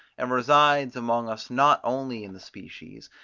and resides among us not only in the species,